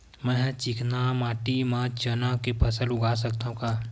मै ह चिकना माटी म चना के फसल उगा सकथव का?